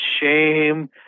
shame